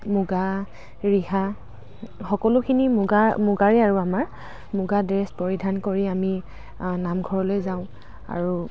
মুগা ৰিহা সকলোখিনি মুগা মুগাৰে আৰু আমাৰ মুগা ড্ৰেছ পৰিধান কৰি আমি নামঘৰলে যাওঁ আৰু